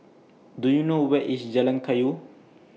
Do YOU know Where IS Jalan Kayu